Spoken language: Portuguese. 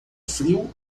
frio